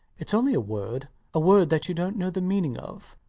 it's only a word a word that you dont know the meaning of.